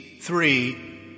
three